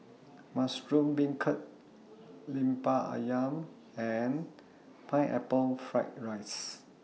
Mushroom Beancurd Lemper Ayam and Pineapple Fried Rice